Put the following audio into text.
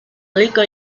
rica